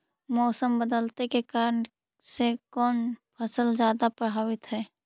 मोसम बदलते के कारन से कोन फसल ज्यादा प्रभाबीत हय?